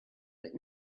but